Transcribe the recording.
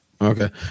Okay